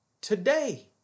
today